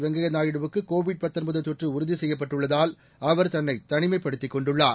வெங்கைய நாயுடுவுக்கு உறுதி செய்யப்பட்டுள்ளதால் அவர் தன்னை தனிமைப்படுத்திக் கொண்டுள்ளார்